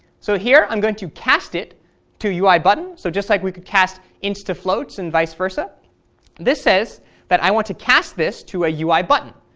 so here i'm going to cast it to uibutton. so just like we could cast ints to floats and vice versa this says that i want to cast this to a uibutton.